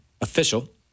official